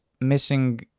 missing